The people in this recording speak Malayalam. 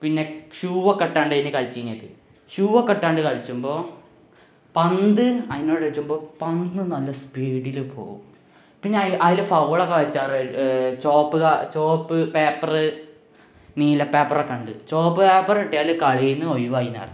പിന്നെ ഷൂവൊക്കെ ഇട്ടുകൊണ്ടായിരുന്നു കളിച്ചിരുന്നത് ഷൂവൊക്കെ ഇട്ടുകൊണ്ട് കളിക്കുമ്പോൾ പന്ത് അതിനെ അടിക്കുമ്പോൾ പന്ത് നല്ല സ്പീഡിൽ പോവും പിന്നെ അതിൽ ഫൗളൊക്കെ വച്ചാൽ ചുവപ്പ് ചുവപ്പ് പേപ്പർ നീല പേപ്പർ ഒക്കെയുണ്ട് ചുവപ്പ് പേപ്പർ കിട്ടിയാൽ കളിയിൽനിന്ന് ഒഴിവായി എന്നർത്ഥം